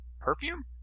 perfume